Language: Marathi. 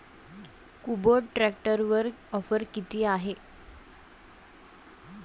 कुबोटा ट्रॅक्टरवर ऑफर किती आहे?